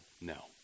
no